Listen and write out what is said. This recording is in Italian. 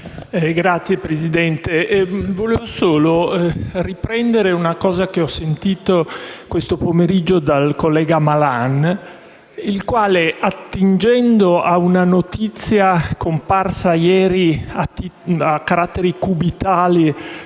Signor Presidente, vorrei riprendere una cosa che ho sentito questo pomeriggio dal collega Malan il quale, attingendo ad una notizia comparsa ieri a caratteri cubitali